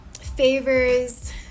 favors